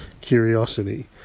curiosity